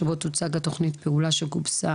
שבו תוצג תוכנית הפעולה שגובשה